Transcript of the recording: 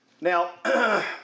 Now